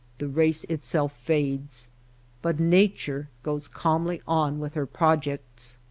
the race itself fades but nature goes calmly on with her projects.